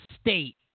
state